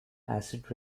acid